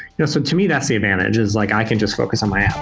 you know so to me, that's the advantage, is like i can just focus on my